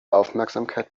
aufmerksamkeit